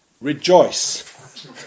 Rejoice